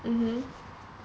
mmhmm